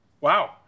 Wow